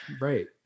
right